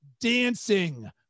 dancing